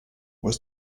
was